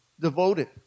devoted